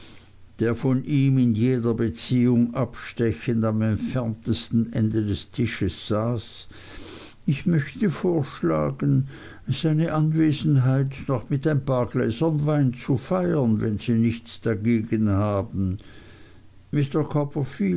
der von ihm in jeder beziehung abstechend am entferntesten ende des tisches saß ich möchte vorschlagen seine anwesenheit noch mit ein paar gläsern wein zu feiern wenn sie nichts dagegen haben